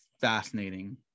fascinating